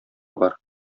бар